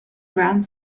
around